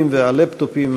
נתקבלה.